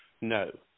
No